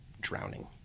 drowning